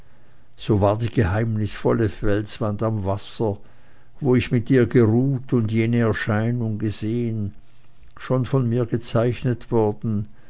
so war die geheimnisvolle felswand am wasser wo ich mit ihr geruht und jene erscheinung gesehen schon von mir gezeichnet worden